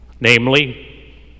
namely